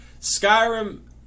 Skyrim